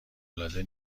العاده